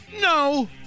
No